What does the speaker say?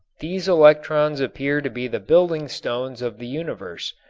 these electrons appear to be the building stones of the universe.